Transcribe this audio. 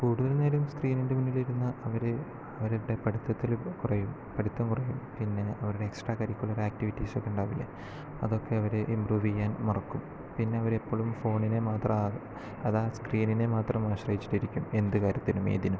കൂടുതൽ നേരം സ്ക്രീനിൻ്റെ മുന്നിലിരുന്നാൽ അവര് അവരുടെ പഠിത്തത്തിൽ കുറയും പഠിത്തം കുറയും പിന്നെ അവരുടെ എക്സ്ട്രാ കരിക്കുലർ ആക്ടിവിറ്റീസ് ഒന്നും ഉണ്ടാകില്ല അതൊക്കെ അവര് ഇംപ്രൂവ് ചെയ്യാൻ മറക്കും പിന്നെ അവര് എപ്പോഴും ഫോണിനെ മാത്രം അതായത് ആ സ്ക്രീനിനെ മാത്രം ആശ്രയിച്ച് ഇരിക്കും എന്ത് കാര്യത്തിനും ഏതിനും